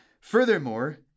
Furthermore